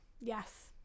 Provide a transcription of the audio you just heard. yes